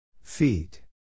Feet